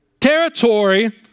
Territory